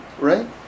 right